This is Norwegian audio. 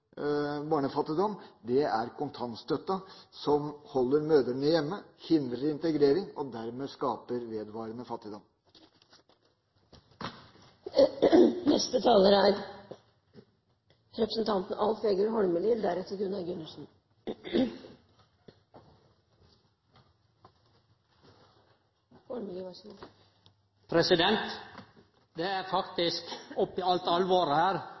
barnefattigdom, er kontantstøtten som holder mødrene hjemme, hindrer integrering og dermed skaper vedvarende fattigdom. Det er faktisk, oppi alt alvoret her,